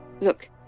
Look